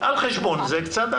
על חשבון זה קצת,